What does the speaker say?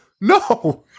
no